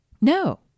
No